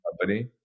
company